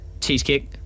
cheesecake